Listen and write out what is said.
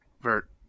Vert